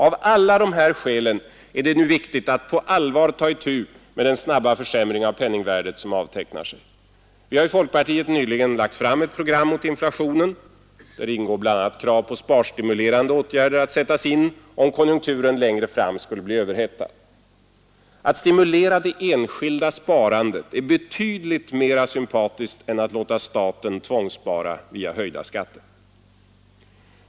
Av alla dessa skäl är det nu viktigt att på allvar ta itu med den snabba försämring av penningvärdet som avtecknar sig. Vi har i folkpartiet nyligen lagt fram ett program mot inflationen. Där ingår bl.a. krav på sparstimulerande åtgärder att sättas in om konjunkturen längre fram skulle bli överhettad. Att stimulera det enskilda sparandet är betydligt mer sympatiskt än att låta staten tvångsspara via höjda skatter.